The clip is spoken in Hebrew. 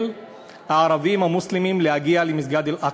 הערבים המוסלמים להגיע למסגד אל-אקצא.